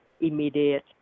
immediate